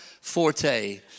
forte